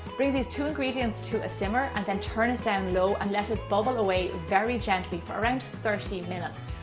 bring these two ingredients to a simmer and then turn it down low and let it bubble away very gently for around thirty minutes.